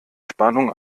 spannung